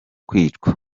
kwicwa